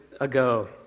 ago